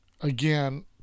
again